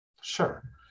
Sure